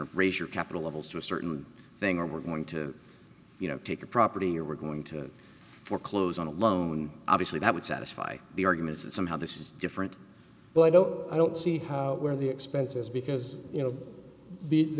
or raise your capital levels to a certain thing or we're going to you know take a property or we're going to foreclose on a loan obviously that would satisfy the arguments that somehow this is different but i don't i don't see how where the expense is because you know be